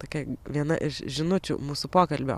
tokia viena iš žinučių mūsų pokalbio